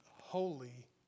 Holy